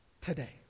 today